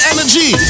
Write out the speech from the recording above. Energy